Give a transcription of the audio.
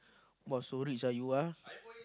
!wah! so rich ah you ah